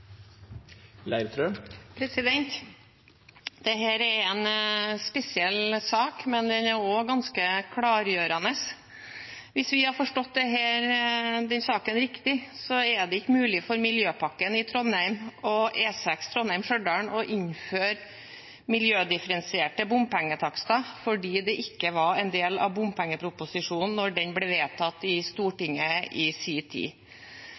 en spesiell sak, men den er også ganske klargjørende. Hvis vi har forstått denne saken riktig, er det ikke mulig for Miljøpakken i Trondheim og E6 Trondheim–Stjørdal å innføre miljødifferensierte bompengetakster fordi det ikke var en del av bompengeproposisjonen da den ble vedtatt i Stortinget i sin tid.